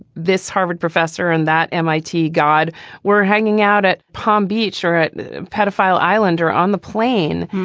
this harvard professor and that m i t. god were hanging out at palm beach or at pedophile island or on the plane,